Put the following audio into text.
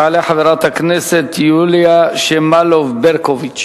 תעלה חברת הכנסת יוליה שמאלוב-ברקוביץ.